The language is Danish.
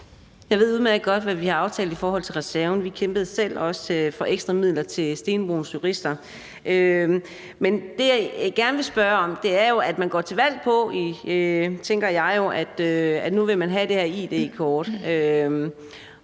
Jeg ved udmærket godt, hvad vi har aftalt i forhold til reserven. Vi kæmpede også selv for ekstra midler til Stenbroens Jurister. Men det er noget andet, jeg gerne vil spørge om. Man går til valg på, tænker jeg jo, at nu vil man have det her id-kort,